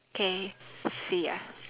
okay see ya